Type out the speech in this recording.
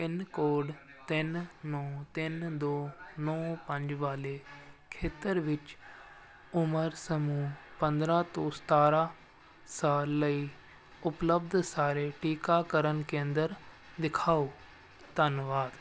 pin code ਤਿੰਨ ਨੌਂ ਤਿੰਨ ਦੋ ਨੌਂ ਪੰਜ ਵਾਲੇ ਖੇਤਰ ਵਿੱਚ ਉਮਰ ਸਮੂਹ ਪੰਦਰ੍ਹਾਂ ਤੋਂ ਸਤਾਰ੍ਹਾਂ ਸਾਲ ਲਈ ਉਪਲੱਬਧ ਸਾਰੇ ਟੀਕਾਕਰਨ ਕੇਂਦਰ ਦਿਖਾਓ ਧੰਨਵਾਦ